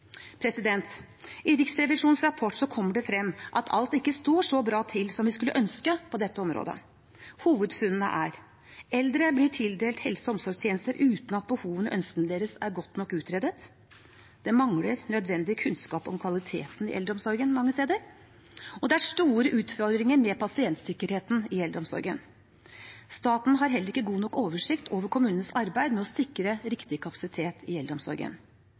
I Riksrevisjonens rapport kommer det frem at ikke alt står så bra til som vi skulle ønske på dette området. Hovedfunnene er: Eldre blir tildelt helse- og omsorgstjenester uten at behovene og ønskene deres er godt nok utredet. Det mangler nødvendig kunnskap om kvaliteten i eldreomsorgen mange steder. Det er store utfordringer med pasientsikkerheten i eldreomsorgen. Staten har heller ikke god nok oversikt over kommunenes arbeid med å sikre riktig kapasitet i eldreomsorgen.